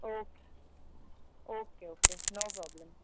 okay okay okay no problem